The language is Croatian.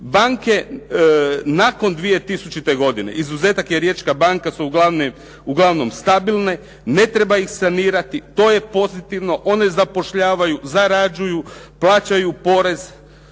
Banke nakon 2000. godine, izuzetak je Riječka banka, su uglavnom stabilne, ne treba ih sanirati, to je pozitivno, one zapošljavaju, zarađuju, plaćaju porez,